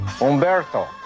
Umberto